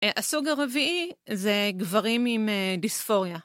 הסוג הרביעי זה גברים עם דיספוריה.